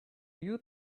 you